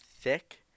thick